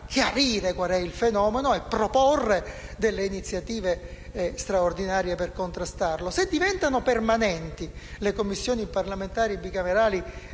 chiarire qual è il fenomeno e a proporre delle iniziative straordinarie per contrastarlo. Se diventano permanenti, le Commissioni parlamentari bicamerali